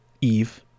Eve